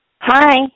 Hi